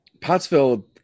Pottsville